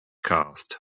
cast